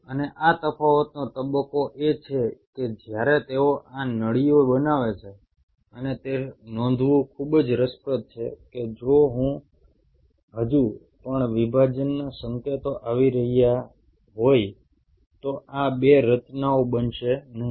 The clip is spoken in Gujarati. અને આ તફાવતનો તબક્કો એ છે કે જ્યારે તેઓ આ નળીઓ બનાવે છે અને તે નોંધવું ખૂબ જ રસપ્રદ છે કે જો હજુ પણ વિભાજનના સંકેતો આવી રહ્યા હોય તો આ બે રચનાઓ બનશે નહીં